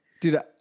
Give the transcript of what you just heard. Dude